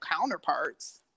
counterparts